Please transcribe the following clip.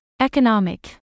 economic